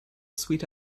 sweet